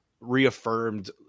reaffirmed